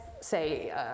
say